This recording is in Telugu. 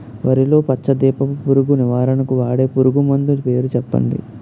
వరిలో పచ్చ దీపపు పురుగు నివారణకు వాడే పురుగుమందు పేరు చెప్పండి?